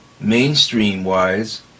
mainstream-wise